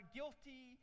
guilty